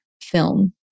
film